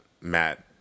Matt